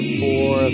four